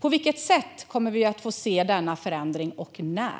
På vilket sätt kommer vi att få se denna förändring, och när?